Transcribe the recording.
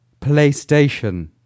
PlayStation